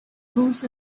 boasts